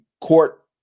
court